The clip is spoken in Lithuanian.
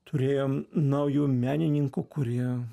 turėjom naujų menininkų kurie